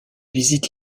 visite